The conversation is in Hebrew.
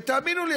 ותאמינו לי,